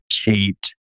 Kate